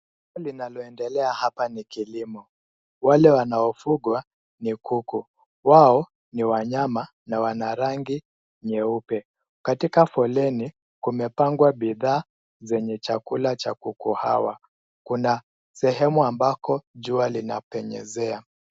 Tendo linaloendelea hapa ni kilimo. Wale waliofugwa ni kuku. Wao ni wanyama na wana rangi nyeupe. Katika foleni kumepangwa bidhaa zenye chakula cha kuku hawa. Kuna sehemu ambapo jua linapenyezea.